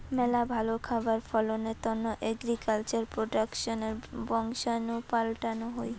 মেলা ভালো খাবার ফলনের তন্ন এগ্রিকালচার প্রোডাক্টসের বংশাণু পাল্টানো হই